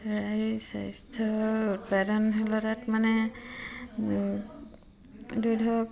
স্বাস্থ্য উৎপাদনশীলতাত মানে দুই ধৰক